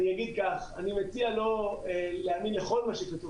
אני אגיד כך: אני מציע לא להאמין לכל מה שכתוב